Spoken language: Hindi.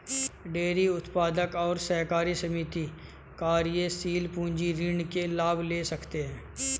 डेरी उत्पादक और सहकारी समिति कार्यशील पूंजी ऋण के लाभ ले सकते है